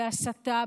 בהסתה,